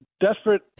Desperate